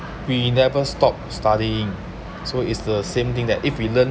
we never stop studying so is the same thing that if we learn